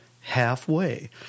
halfway